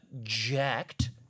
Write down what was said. jacked